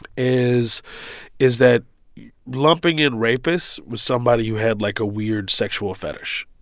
is is that lumping in rapists with somebody who had, like, a weird sexual fetish.